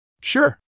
Sure